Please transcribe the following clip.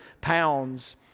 pounds